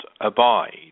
abide